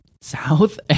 south